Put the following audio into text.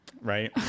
right